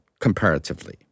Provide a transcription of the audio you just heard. comparatively